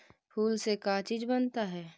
फूल से का चीज बनता है?